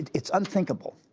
it's unthinkable,